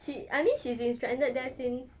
she I mean she's been stranded there since